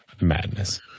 madness